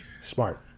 Smart